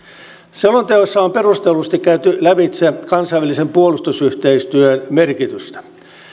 selonteossa on perustellusti käyty lävitse kansainvälisen puolustusyhteistyön merkitystä